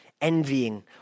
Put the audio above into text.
envying